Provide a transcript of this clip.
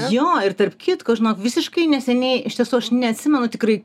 jo ir tarp kitko žinok visiškai neseniai iš tiesų aš neatsimenu tikrai